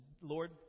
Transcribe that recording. Lord